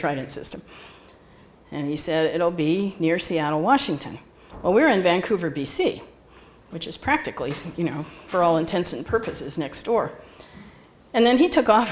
it system and he said it will be near seattle washington oh we're in vancouver b c which is practically so you know for all intents and purposes next door and then he took off